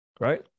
right